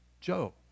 Joe